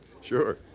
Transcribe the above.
sure